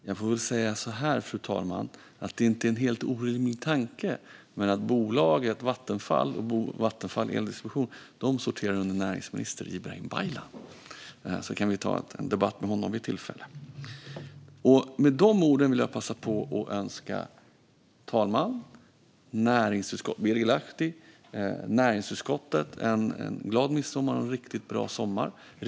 Fru talman! Låt mig säga så här: Det är inte en helt orimlig tanke, men Vattenfall AB och Vattenfall Eldistribution sorterar under näringsminister Ibrahim Baylan. Ta gärna en debatt med honom vid tillfälle! Med dessa ord vill jag passa på och önska talmannen, Birger Lahti och näringsutskottet en glad midsommar och en riktigt bra sommar.